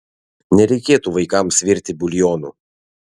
nereikėtų vaikams virti buljonų